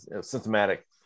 symptomatic